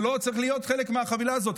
זה לא צריך להיות חלק מהחבילה הזאת.